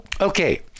Okay